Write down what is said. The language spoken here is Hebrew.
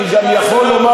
אני יכול לתת לך רשימה,